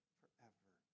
forever